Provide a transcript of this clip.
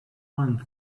one